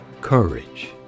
courage